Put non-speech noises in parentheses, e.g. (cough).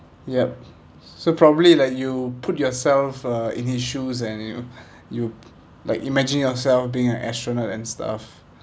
yup so probably like you put yourself uh in his shoes and you know (breath) you like imagine yourself being an astronaut and stuff